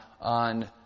on